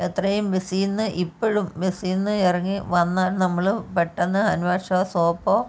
എത്രയും ബസ്സിൽ നിന്ന് ഇപ്പോഴും ബസ്സിൽ നിന്ന് ഇറങ്ങി വന്നാൽ നമ്മൾ പെട്ടെന്നു ഹാൻഡ് വാഷോ സോപ്പോ